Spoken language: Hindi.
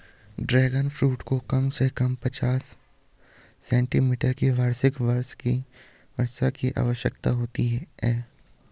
ड्रैगन फ्रूट को कम से कम पचास सेंटीमीटर की वार्षिक वर्षा की आवश्यकता होती है